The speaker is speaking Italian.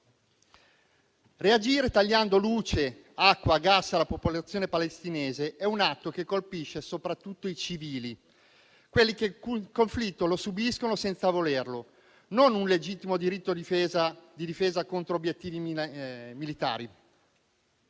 reagire tagliando luce, acqua e gas alla popolazione palestinese è un atto che colpisce soprattutto i civili, quelli che il conflitto lo subiscono senza volerlo, non un legittimo diritto di difesa contro obiettivi militari.